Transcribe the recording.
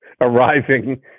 Arriving